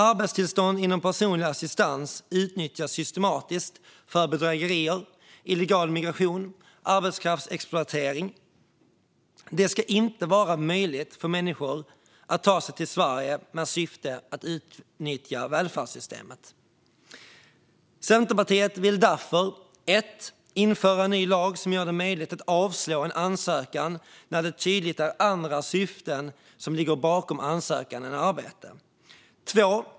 Arbetstillstånd inom personlig assistans utnyttjas systematiskt för bedrägerier, illegal migration och arbetskraftsexploatering. Det ska inte vara möjligt för människor att ta sig till Sverige med syfte att utnyttja välfärdssystemet. Centerpartiet vill därför: Införa en ny lag som gör det möjligt att avslå en ansökan när det är tydligt att det är andra syften ligger bakom ansökan än arbete.